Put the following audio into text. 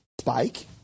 Spike